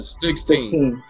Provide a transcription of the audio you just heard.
sixteen